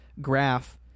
graph